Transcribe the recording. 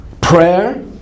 prayer